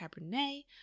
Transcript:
Cabernet